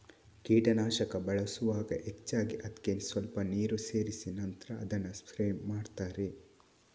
ಕೀಟನಾಶಕ ಬಳಸುವಾಗ ಹೆಚ್ಚಾಗಿ ಅದ್ಕೆ ಸ್ವಲ್ಪ ನೀರು ಸೇರಿಸಿ ನಂತ್ರ ಅದನ್ನ ಸ್ಪ್ರೇ ಮಾಡ್ತಾರೆ